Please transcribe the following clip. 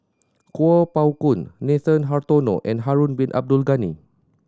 Kuo Pao Kun Nathan Hartono and Harun Bin Abdul Ghani